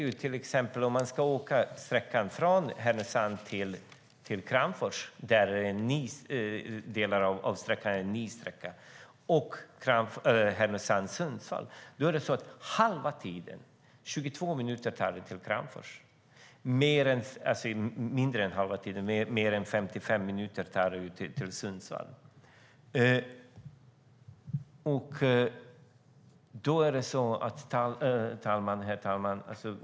Ska man åka från Härnösand till Kramfors - där delar av banan är ny - och från Härnösand till Sundsvall tar det 22 minuter till Kramfors och mer än 55 minuter till Sundsvall. Herr talman!